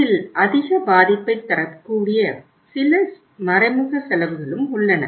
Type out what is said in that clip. இதில் அதிக பாதிப்பை தரக்கூடிய சில மறைமுக செலவுகளும் உள்ளன